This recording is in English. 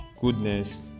Goodness